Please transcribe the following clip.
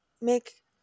make